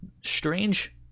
strange